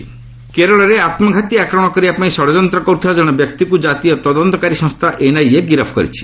NIA arrest କେରଳରେ ଆତ୍ମଘାତୀ ଆକ୍ରମଣ କରିବା ପାଇଁ ଷଡ଼ଯନ୍ତ୍ର କରୁଥିବା ଜଣେ ବ୍ୟକ୍ତିକୁ ଜାତୀୟ ତଦନ୍ତକାରୀ ସଫସ୍ଥା ଏନ୍ଆଇଏ ଗିରଫ କରିଛି